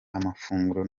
amafunguro